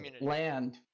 Land